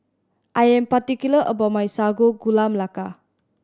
I am particular about my Sago Gula Melaka